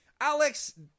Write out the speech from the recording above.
Alex